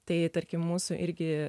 tai tarkim mūsų irgi